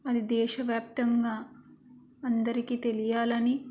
అది దేశవ్యాప్తంగా అందరికీ తెలియాలని